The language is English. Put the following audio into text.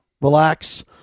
Relax